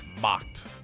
mocked